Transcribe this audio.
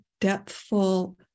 depthful